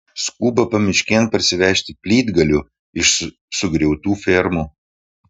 skuba pamiškėn parsivežti plytgalių iš sugriautų fermų